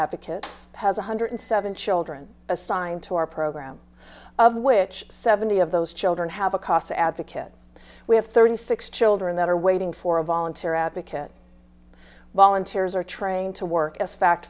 advocates has one hundred seven children assigned to our program of which seventy of those children have a cost advocate we have thirty six children that are waiting for a volunteer advocate volunteers are trained to work as fact